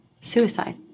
suicide